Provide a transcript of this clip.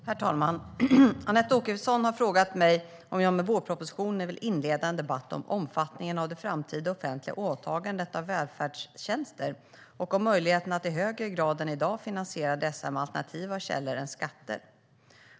Herr talman! Anette Åkesson har frågat mig om jag med vårpropositionen vill inleda en debatt om omfattningen av det framtida offentliga åtagandet av välfärdstjänster och om möjligheten att i högre grad än i dag finansiera dessa med alternativa källor än skatter.